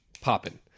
popping